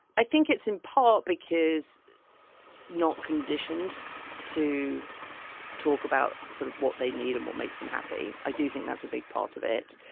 i think it's in part because not conditioned to talk about sort of what they need and what makes them happy. i do think that's a big part of it.